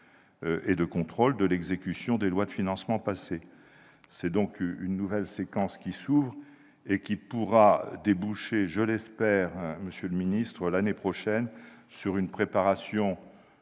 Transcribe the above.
et de contrôle de l'exécution des lois de financement passées. C'est donc une nouvelle séquence qui s'ouvre et qui pourra déboucher, je l'espère, sur une préparation